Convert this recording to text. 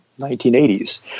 1980s